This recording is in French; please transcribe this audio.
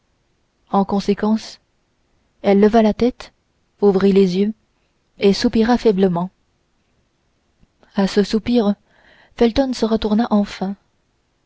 en conséquence elle leva la tête ouvrit les yeux et soupira faiblement à ce soupir felton se retourna enfin